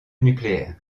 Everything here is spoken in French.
nucléaire